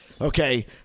Okay